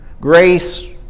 Grace